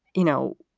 you know,